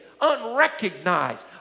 unrecognized